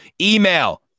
Email